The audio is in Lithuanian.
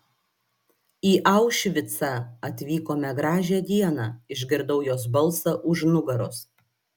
į aušvicą atvykome gražią dieną išgirdau jos balsą už nugaros